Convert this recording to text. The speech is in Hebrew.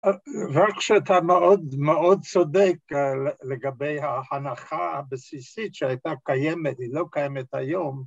רק כשאתה מאוד מאוד צודק לגבי ההנחה הבסיסית שהייתה קיימת, היא לא קיימת היום